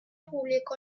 publicó